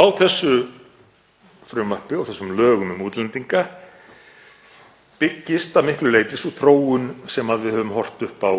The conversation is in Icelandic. Á þessu frumvarpi, þessum lögum um útlendinga, byggist að miklu leyti sú þróun sem við höfum horft upp á